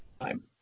time